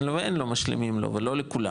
משלימים לו ולא לכולם.